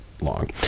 long